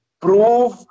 prove